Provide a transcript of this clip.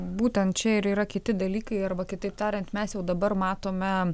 būtent čia ir yra kiti dalykai arba kitaip tariant mes jau dabar matome